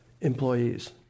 employees